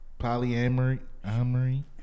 polyamory